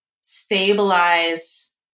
stabilize